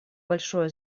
большое